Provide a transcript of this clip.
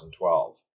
2012